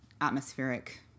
atmospheric